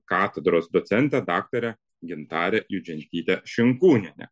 katedros docentę daktarę gintarę judžentytę šinkūnienę